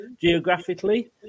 geographically